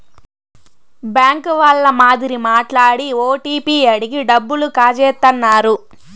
bank వాళ్ళ మాదిరి మాట్లాడి ఓటీపీ అడిగి డబ్బులు కాజేత్తన్నారు